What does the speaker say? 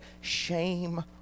Shame